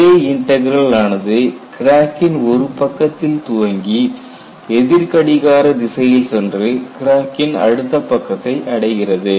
J integral ஆனது கிராக்கின் ஒரு பக்கத்தில் துவங்கி எதிர் கடிகார திசையில் சென்று கிராக்கின் அடுத்த பக்கத்தை அடைகிறது